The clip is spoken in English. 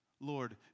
Lord